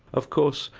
of course,